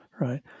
right